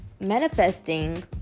manifesting